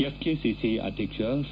F KCCI ಅಧ್ಯಕ್ಷ C